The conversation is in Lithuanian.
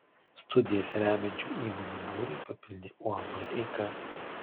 studijas remiančių įmonių būrį papildė uab eika